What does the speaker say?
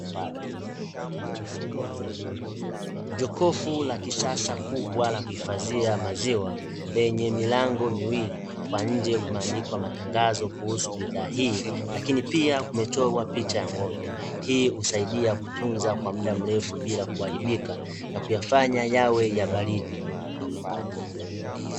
Jokofu la kisasa kubwa la kuhifadhia maziwa lenye milango miwili kwa nje kumeandikwa matangazo kuhusu bidhaa hii lakini pia kumechorwa picha ya ng’ombe hii husaidia kutunza kwa muda mrefu bila kuharibika na kuyafanya yawe ya baridi.